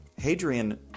hadrian